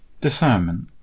discernment